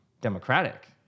democratic